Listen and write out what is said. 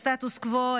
את הסטטוס קוו,